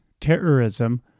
terrorism